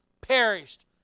perished